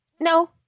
no